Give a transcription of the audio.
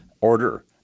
order